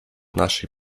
naszej